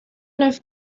enough